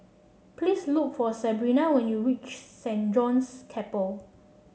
please look for Sebrina when you reach Saint John's Chapel